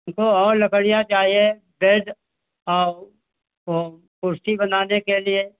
हमको और लकड़ियाँ चाहिए बेड और वह कुर्सी बनाने के लिए